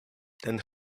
ten